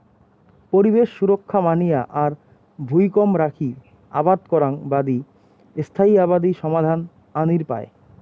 পরিবেশ সুরক্ষা মানিয়া আর ভুঁই কম রাখি আবাদ করাং বাদি স্থায়ী আবাদি সমাধান আনির পায়